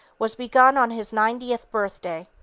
was begun on his ninetieth birthday.